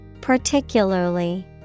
particularly